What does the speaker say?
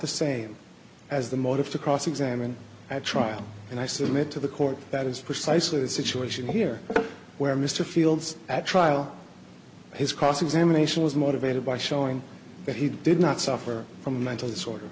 the same as the motive to cross examine at trial and i submit to the court that is precisely the situation here where mr fields at trial his cross examination was motivated by showing that he did not suffer from mental disorder